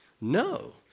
No